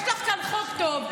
יש לך כאן חוק טוב,